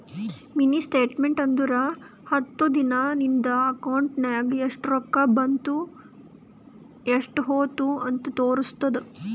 mini statement ಅಂದುರ್ ಹತ್ತು ದಿನಾ ನಿಂದ ಅಕೌಂಟ್ ನಾಗ್ ಎಸ್ಟ್ ರೊಕ್ಕಾ ಬಂದು ಎಸ್ಟ್ ಹೋದು ಅಂತ್ ತೋರುಸ್ತುದ್